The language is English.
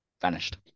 vanished